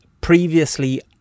previously